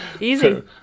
easy